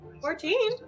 Fourteen